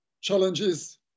challenges